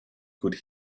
could